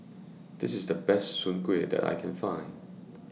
This IS The Best Soon Kuih that I Can Find